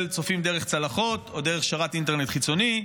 צופים דרך צלחות או דרך שרת אינטרנט חיצוני,